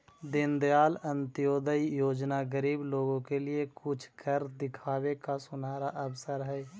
दीनदयाल अंत्योदय योजना गरीब लोगों के लिए कुछ कर दिखावे का सुनहरा अवसर हई